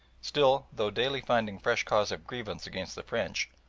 still, though daily finding fresh cause of grievance against the french,